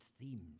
themes